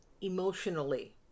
emotionally